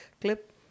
clip